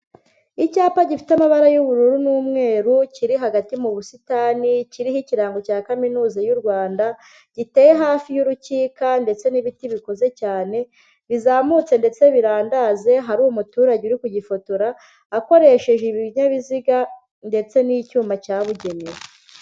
Icyapa gifite amabara y'ubururu n'umweru, kiri hagati mu busitani, kiriho ikirango cya kaminuza y'u Rwanda, giteye hafi y'urukika ndetse n'ibiti bikuze cyane, bizamutse ndetse birandaze, hari umuturage uri kugifotora, akoresheje ibinyabiziga ndetse n'icyuma cyabugenewe.